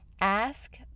ask